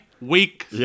week